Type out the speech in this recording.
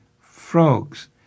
frogs